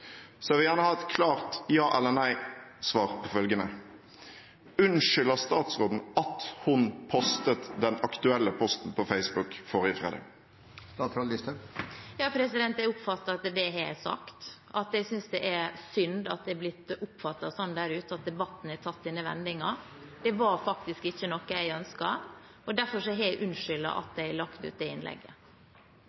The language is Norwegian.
så viktig. Jeg vil gjerne ha et klart ja- eller nei-svar på følgende: Ber statsråden om unnskyldning for at hun postet den aktuelle posten på Facebook forrige fredag? Jeg har sagt at jeg synes det er synd at det er blitt oppfattet slik der ute. At debatten har tatt denne vendingen, var ikke noe jeg ønsket. Derfor har jeg bedt om unnskyldning for at